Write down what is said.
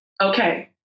okay